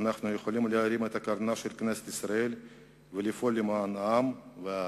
אנחנו יכולים להרים את קרנה של כנסת ישראל ולפעול למען העם והארץ.